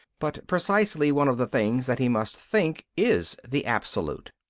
but precisely one of the things that he must think is the absolute.